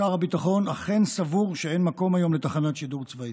שר הביטחון אכן סבור שאין מקום היום לתחנת שידור צבאית.